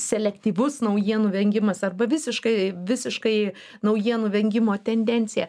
selektyvus naujienų vengimas arba visiškai visiškai naujienų vengimo tendencija